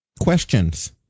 Questions